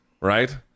right